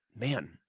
man